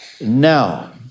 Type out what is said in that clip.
now